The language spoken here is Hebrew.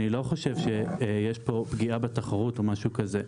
אני לא חושב שיש פה פגיעה בתחרות או משהו כזה.